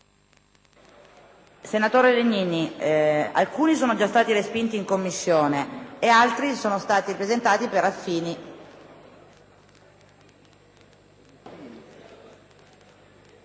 Senatore Legnini, alcuni sono già stati respinti in Commissione e altri sono stati presentati per affinità,